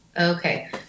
Okay